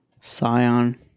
scion